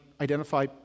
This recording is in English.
identify